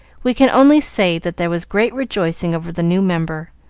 we can only say that there was great rejoicing over the new member,